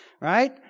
right